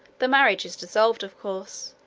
the marriage is dissolved of course,